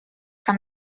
from